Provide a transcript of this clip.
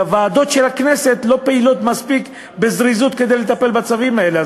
והוועדות של הכנסת לא פועלות מספיק בזריזות כדי לטפל בצווים האלה.